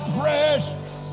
precious